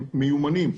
הם מיומנים,